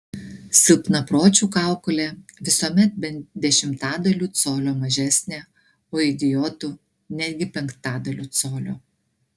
silpnapročių kaukolė visuomet bent dešimtadaliu colio mažesnė o idiotų netgi penktadaliu colio